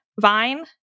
vine